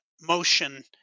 motion